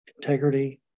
Integrity